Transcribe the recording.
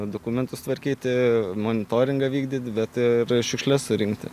dokumentus tvarkyti monitoringą vykdyt bet ir šiukšles surinkti